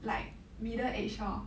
like middle age lor